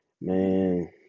man